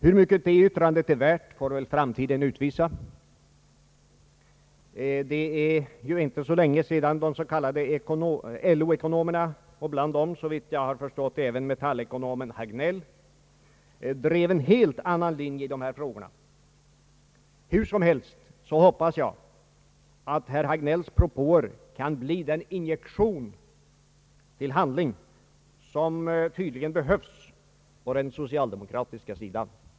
Hur mycket det yttrandet är värt får framtiden utvisa. Det är inte så länge sedan de s.k. LO-ekonomerna — och bland dem, såvitt jag har förstått, Metallekonomen herr Hagnell — drev en helt annan linje i dessa frågor. Hur som helst hoppas jag att herr Hagnells propåer kan bli den injektion till handling som tydligen behövs på den socialdemokratiska sidan.